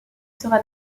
sera